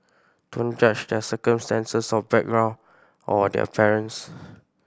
don't judge their circumstances or background or their parents